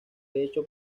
hecho